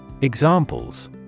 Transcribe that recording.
Examples